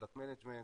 product management,